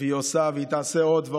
תתעודד.